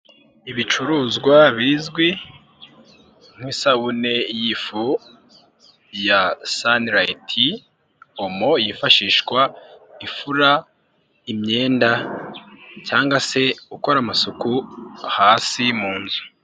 Ibicuruzwa bizwi nk'isabune y'ifu ya sanirayiti, omo yifashishwa ifura imyenda cyangwa se ukora amasuku hasi mu nzu.